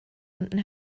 unten